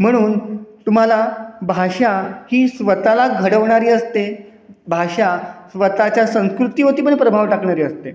म्हणून तुम्हाला भाषा ही स्वतःला घडवणारी असते भाषा स्वतःच्या संस्कृतीवरती पण प्रभाव टाकणारी असते